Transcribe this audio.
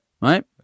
Right